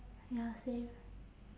ya same